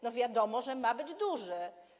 No, wiadomo, że ma być duży.